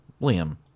William